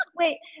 Wait